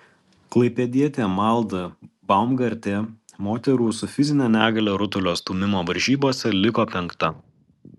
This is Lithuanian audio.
klaipėdietė malda baumgartė moterų su fizine negalia rutulio stūmimo varžybose liko penkta